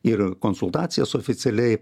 ir konsultacijas oficialiai